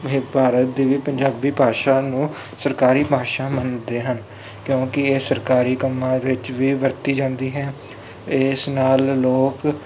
ਇਹ ਭਾਰਤ ਦੀ ਵੀ ਪੰਜਾਬੀ ਭਾਸ਼ਾ ਨੂੰ ਸਰਕਾਰੀ ਭਾਸ਼ਾ ਮੰਨਦੇ ਹਨ ਕਿਉਂਕਿ ਇਹ ਸਰਕਾਰੀ ਕੰਮਾਂ ਵਿੱਚ ਵੀ ਵਰਤੀ ਜਾਂਦੀ ਹੈ ਇਸ ਨਾਲ ਲੋਕ